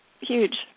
huge